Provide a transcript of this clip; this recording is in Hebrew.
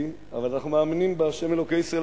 אבל אנחנו מאמינים בה' אלוקי ישראל,